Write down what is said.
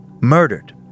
murdered